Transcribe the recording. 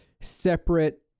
separate